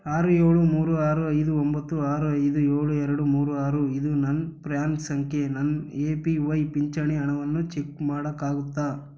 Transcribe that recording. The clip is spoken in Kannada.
ಆರು ಏಳು ಮೂರು ಆರು ಐದು ಒಂಬತ್ತು ಆರು ಐದು ಏಳು ಎರಡು ಮೂರು ಆರು ಇದು ನನ್ನ ಪ್ರ್ಯಾನ್ ಸಂಖ್ಯೆ ನನ್ನ ಎ ಪಿ ವೈ ಪಿಂಚಣಿ ಹಣವನ್ನು ಚಿಕ್ ಮಾಡೋಕ್ಕಾಗುತ್ತಾ